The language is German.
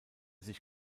sich